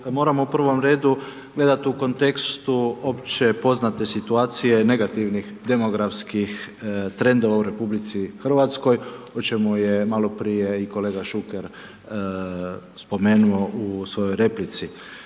moramo u prvom redu, gledati u kontekstu opće poznate situacije, negativnih demografskih trendova u RH, o čemu je maloprije i kolega Šuker spomenuo u svojoj replici.